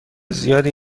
زیادی